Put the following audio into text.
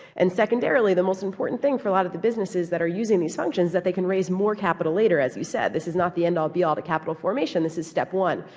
and secondarily, the most important thing for a lot of the businesses that are using these functions, that they can raise more capital later, as you said. this is not the endall, beall to capital formation. this is step one.